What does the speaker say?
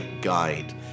guide